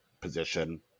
position